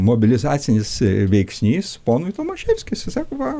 mobilizacinis veiksnys ponui tomaševskis sako